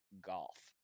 golf